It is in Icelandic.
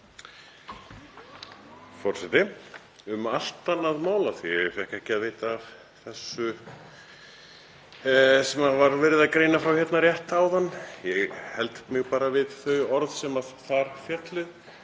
Forseti. Um allt annað mál, af því að ég fékk ekki að vita af því sem var verið að greina frá rétt áðan. Ég held mig bara við þau orð sem þar féllu.